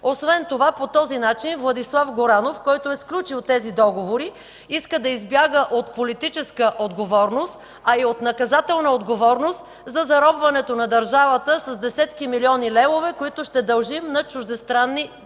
Освен това по този начин Владислав Горанов, който е сключил тези договори, иска да избяга от политическа отговорност, а и от наказателна отговорност за заробването на държавата с десетки милиони левове, които ще дължим на чуждестранни банки.